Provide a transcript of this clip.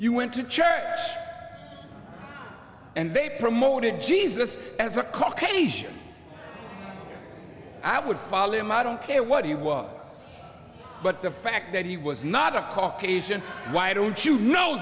you went to church and they promoted jesus as a caucasian i would follow him i don't care what he was but the fact that he was not a caucasian why don't you know